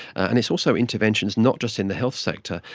and it's also interventions not just in the health sector,